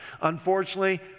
Unfortunately